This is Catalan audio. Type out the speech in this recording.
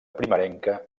primerenca